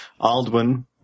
Aldwyn